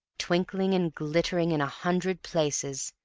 twinkling and glittering in a hundred places,